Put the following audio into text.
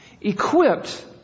equipped